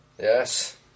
Yes